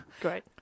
Great